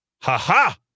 Ha-ha